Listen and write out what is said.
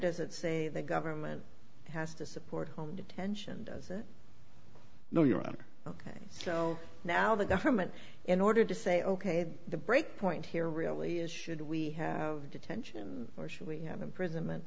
does it say the government has to support home detention does it know your own ok so now the government in order to say ok the break point here really is should we have detention or should we have imprisonment